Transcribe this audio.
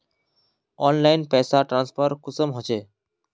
Online पैसा transfer कुंसम होचे?